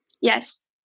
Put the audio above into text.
Yes